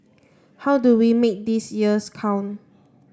how do we make these years count